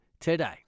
today